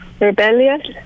rebellious